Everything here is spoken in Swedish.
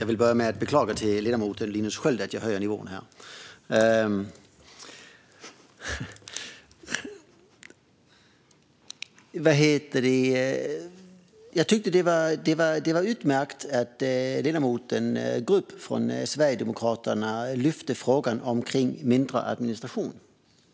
Fru talman! Jag tyckte att det var utmärkt att ledamoten Grubb från Sverigedemokraterna i talarstolen lyfte upp frågan om mindre administration.